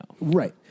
Right